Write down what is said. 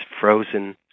frozen